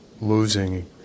losing